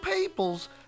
peoples